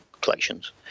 collections